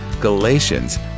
Galatians